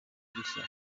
bishya